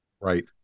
Right